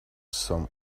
some